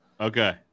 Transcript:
okay